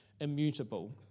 immutable